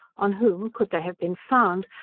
on whom, could they have been found,